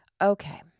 Okay